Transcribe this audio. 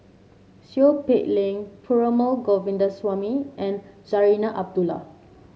Seow Peck Leng Perumal Govindaswamy and Zarinah Abdullah